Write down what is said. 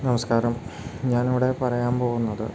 നമസ്കാരം ഞാനിവിടെ പറയാൻ പോകുന്നത്